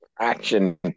Action